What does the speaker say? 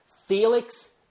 Felix